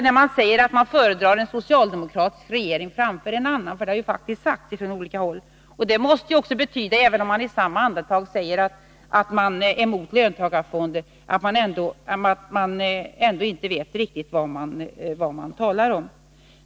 När man säger att man föredrar en socialdemokratisk regering framför en annan ickesocialistisk — det har faktiskt sagts från olika håll — måste det också betyda, även om man i samma andetag säger att man är emot löntagarfonder, att man inte riktigt vet vad man talar om.